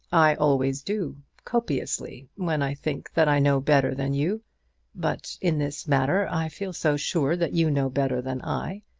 i always do copiously, when i think that i know better than you but in this matter i feel so sure that you know better than i,